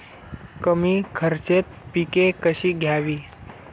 कमी खर्चात पिके कशी घ्यावी?